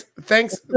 Thanks